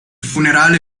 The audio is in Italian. funerale